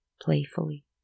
playfully